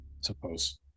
suppose